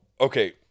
okay